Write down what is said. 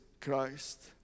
Christ